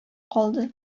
калды